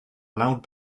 loud